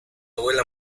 abuela